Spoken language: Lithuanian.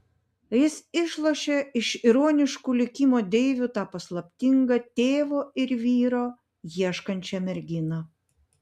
jis išlošė iš ironiškų likimo deivių tą paslaptingą tėvo ir vyro ieškančią merginą